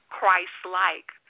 Christ-like